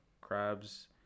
crabs